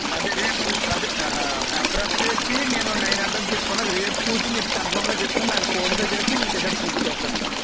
అదే రేపు అది అప్రాప్రియేట్ నేను నైన్ హండ్రెడ్ చెప్పను అది రేట్ చూసి మీకు కన్ఫామ్గా చెప్తాను నాకు ఫోన్పే చేస్తే మీకు టికెట్స్ బుక్ చేస్తాను అండి